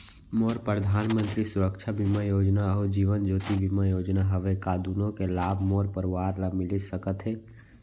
मोर परधानमंतरी सुरक्षा बीमा योजना अऊ जीवन ज्योति बीमा योजना हवे, का दूनो के लाभ मोर परवार ल मिलिस सकत हे?